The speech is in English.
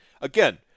again